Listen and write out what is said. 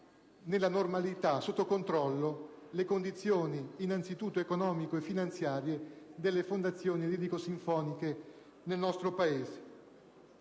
alla normalità, sotto controllo, le condizioni innanzi tutto economico-finanziarie delle fondazioni lirico-sinfoniche nel nostro Paese.